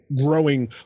growing